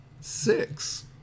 six